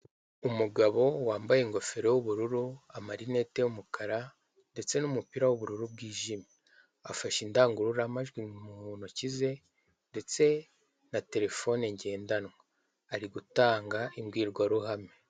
Umugabo wambaye ingofero y'ubururu amarinrte y'umukara ndetse n'umupira w'ubururu bwijimye, afashe indangururmajwi mu ntoki ze ndetse na telefone ngndanwa, ari gutanga imbwirwaruhame.